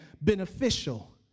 beneficial